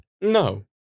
No